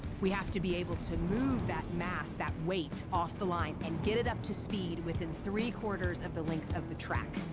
we have to be able to move that mass, that weight off the line and get it up to speed within three quarters of the length of the track.